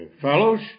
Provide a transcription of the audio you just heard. fellows